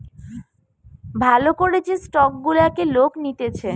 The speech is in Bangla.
ভাল করে যে স্টক গুলাকে লোক নিতেছে